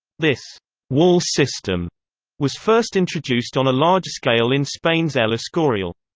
this wall system was first introduced on a large scale in spain's el escorial.